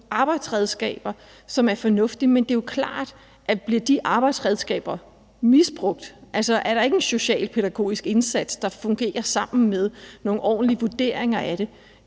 arbejdsredskaber, som er fornuftige. Men det er jo klart, at det, hvis de arbejdsredskaber bliver misbrugt, altså hvis der ikke er en socialpædagogisk indsats, der fungerer, og der ikke er nogle ordentlige vurderinger af det,